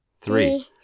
three